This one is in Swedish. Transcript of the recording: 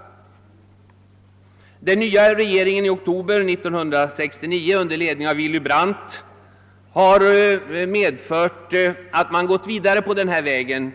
Tillkomsten av den nya regeringen i oktober 1969 under ledning av Willy Brandt har medfört, att man gått vidare på denna väg